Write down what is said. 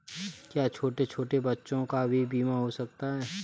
क्या छोटे छोटे बच्चों का भी बीमा हो सकता है?